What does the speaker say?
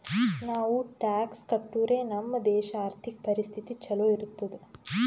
ನಾವು ಟ್ಯಾಕ್ಸ್ ಕಟ್ಟುರೆ ನಮ್ ದೇಶ ಆರ್ಥಿಕ ಪರಿಸ್ಥಿತಿ ಛಲೋ ಇರ್ತುದ್